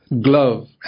glove